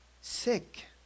sick